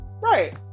right